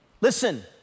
Listen